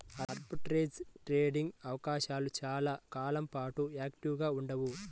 arbitrage trading అవకాశాలు చాలా కాలం పాటు యాక్టివ్గా ఉండవు